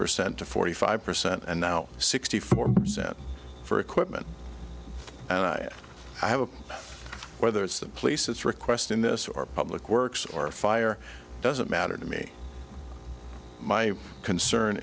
percent to forty five percent and now sixty four percent for equipment and i have a whether it's the police it's request in this or public works or fire doesn't matter to me my concern